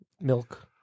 milk